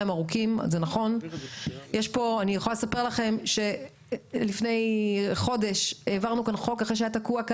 אני בעד להסדיר את העניין של צוואה ביולוגית.